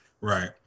right